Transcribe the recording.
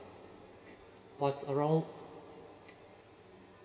was around